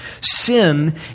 Sin